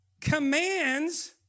commands